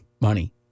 money